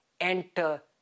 enter